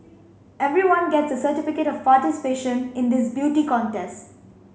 everyone gets a certificate of participation in this beauty contest